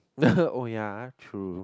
oh ya true